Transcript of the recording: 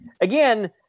again